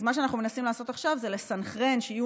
אז מה שאנחנו מנסים לעשות עכשיו זה לסנכרן שיהיו